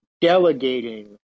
delegating